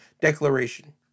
declaration